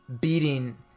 beating